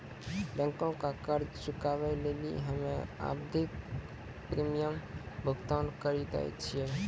बैंको के कर्जा चुकाबै लेली हम्मे आवधिक प्रीमियम भुगतान करि दै छिये